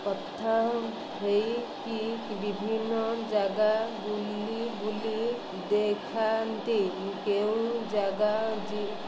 କଥା ହେଇକି ବିଭିନ୍ନ ଜାଗା ବୁଲି ବୁଲି ଦେଖାନ୍ତି କେଉଁ ଜାଗା ଯି